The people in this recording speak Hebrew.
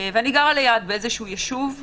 אני גרה ליד, בישוב כתום.